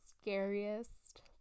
scariest